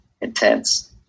intense